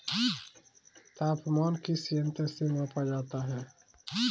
तापमान किस यंत्र से मापा जाता है?